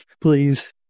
Please